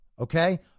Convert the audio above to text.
okay